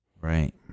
Right